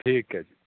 ਠੀਕ ਹੈ ਜੀ